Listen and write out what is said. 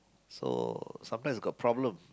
so sometimes got problem